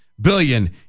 billion